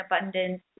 abundance